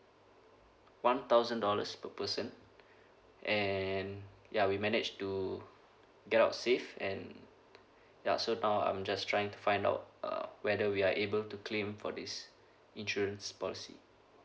one thousand dollars per person and ya we manage to get out safe and ya so now I'm just trying to find out uh whether we are able to claim for this insurance policy